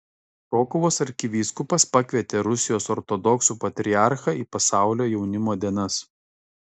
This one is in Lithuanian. krokuvos arkivyskupas pakvietė rusijos ortodoksų patriarchą į pasaulio jaunimo dienas